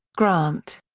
grant.